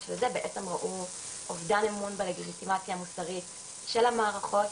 אובדן אמון בלגיטימציה המוסרית של המערכות,